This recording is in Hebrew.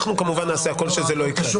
אנחנו כמובן נעשה הכל שזה לא יקרה.